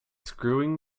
screwing